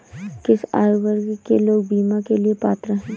किस आयु वर्ग के लोग बीमा के लिए पात्र हैं?